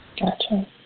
gotcha